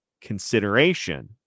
consideration